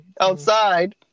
outside